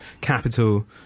capital